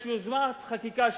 יש יוזמת חקיקה שם.